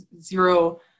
zero